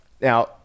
now